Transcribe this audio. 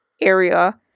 area